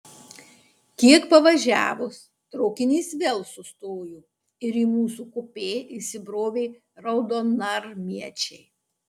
kiek pavažiavus traukinys vėl sustojo ir į mūsų kupė įsibrovė raudonarmiečiai